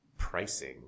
pricing